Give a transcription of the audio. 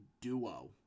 duo